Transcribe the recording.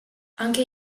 anche